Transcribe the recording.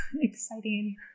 Exciting